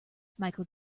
michael